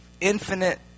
infinite